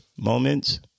moments